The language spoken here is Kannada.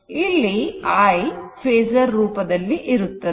ಇಲ್ಲಿ i ಫೇಸರ್ ರೂಪದಲ್ಲಿ ಇರುತ್ತದೆ